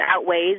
outweighs